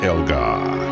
Elgar